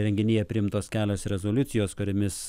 renginyje priimtos kelios rezoliucijos kuriomis